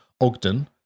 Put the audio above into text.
Ogden